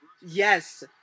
Yes